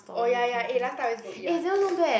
oh ya ya eh last time I always go eat [one]